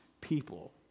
people